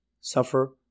suffer